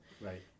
Right